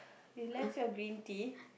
you left your green tea